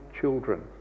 children